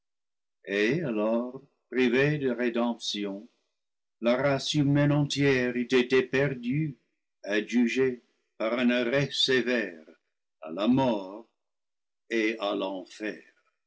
alors privée de rédemption la race humaine entière eût été perdue adjugée par un arrêt sévère à la mort et à l'enfer